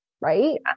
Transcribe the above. right